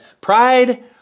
Pride